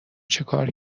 چیکار